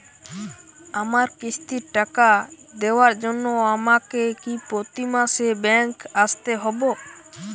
আমার কিস্তির টাকা দেওয়ার জন্য আমাকে কি প্রতি মাসে ব্যাংক আসতে হব?